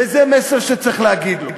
וזה מסר שצריך להגיד לו.